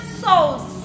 souls